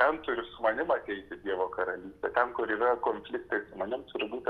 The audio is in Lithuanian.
ten turi su manim ateiti dievo karalystė ten kur yra konfliktai su manim turi būti